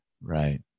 Right